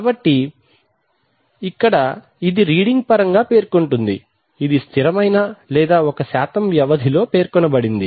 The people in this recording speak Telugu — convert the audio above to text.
కాబట్టి ఇక్కడ ఇది రీడింగ్ పరంగా పేర్కొంటోంది ఇది స్థిరమైన లేదా ఒక శాతం వ్యవధిలో పేర్కొన బడినది